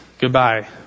goodbye